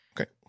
Okay